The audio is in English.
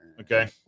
Okay